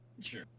Sure